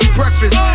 breakfast